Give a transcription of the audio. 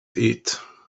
eat